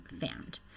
found